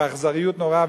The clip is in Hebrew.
באכזריות נוראה,